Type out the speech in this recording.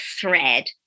thread